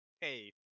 hey